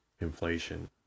inflation